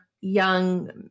young